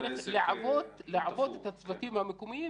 צריך לעבות יותר את הצוותים המקומיים,